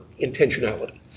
intentionality